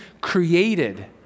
created